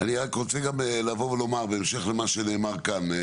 אני רק רוצה גם לבוא ולומר, בהמשך למה שנאמר כאן.